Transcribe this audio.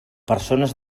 persones